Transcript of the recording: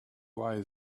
way